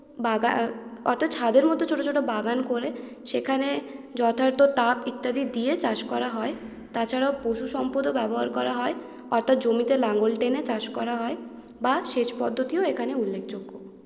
অর্থাৎ ছাদের মধ্যে ছোটো ছোটো বাগান করে সেখানে যথার্থ তাপ ইত্যাদি দিয়ে চাষ করা হয় তাছাড়াও পশুসম্পদও ব্যবহার করা হয় অর্থাৎ জমিতে লাঙল টেনে চাষ করা হয় বা সেচ পদ্ধতিও এখানে উল্লেখযোগ্য